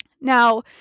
Now